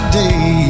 day